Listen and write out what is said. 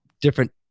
Different